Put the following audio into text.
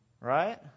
right